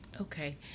Okay